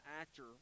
actor